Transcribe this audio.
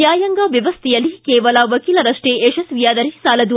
ನ್ಯಾಯಾಂಗ ವ್ಯವಸ್ಥೆಯಲ್ಲಿ ಕೇವಲ ವಕೀಲರಷ್ಟೇ ಯಶಸ್ವಿಯಾದರೆ ಸಾಲದು